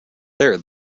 there